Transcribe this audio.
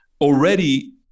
already